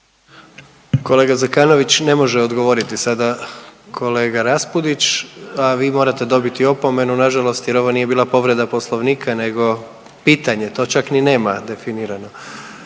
Kolega Zekanović, ne može odgovoriti sada kolega Raspudić, a vi morate dobiti opomenu nažalost jer ovo nije bila povreda Poslovnika nego pitanje, to čak ni nema definirano